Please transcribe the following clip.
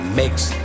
makes